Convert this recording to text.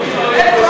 חבר הכנסת ליצמן.